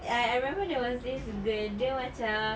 I remember there was this girl dia macam